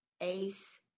Ace